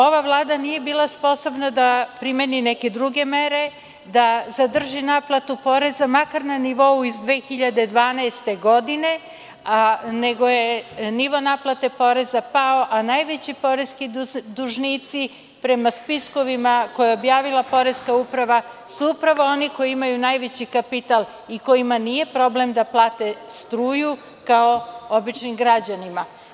Ova Vlada nije bila sposobna da primeni neke druge mere, da zadrži naplatu poreza, makar na nivou iz 2012. godine, nego je nivo naplate poreza pao, a najveći poreski dužnici, prema spiskovima koje je objavila poreska uprava, su upravo oni koji imaju najveći kapital i kojima nije problem da plate struju, kao običnim građanima.